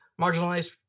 marginalized